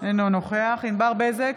אינו נוכח ענבר בזק,